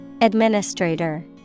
Administrator